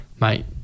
Mate